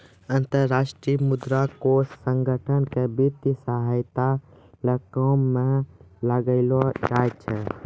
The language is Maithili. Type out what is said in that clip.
अन्तर्राष्ट्रीय मुद्रा कोष संगठन क वित्तीय सहायता ल काम म लानलो जाय छै